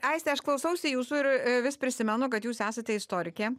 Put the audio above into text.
aiste aš klausausi jūsų ir vis prisimenu kad jūs esate istorikė